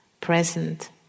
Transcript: Present